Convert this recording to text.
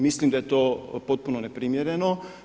Mislim da je to potpuno neprimjereno.